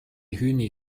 hümni